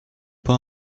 pas